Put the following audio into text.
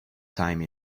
time